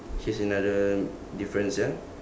here's another difference ya